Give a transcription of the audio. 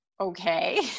okay